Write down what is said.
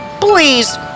Please